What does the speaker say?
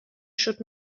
should